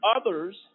others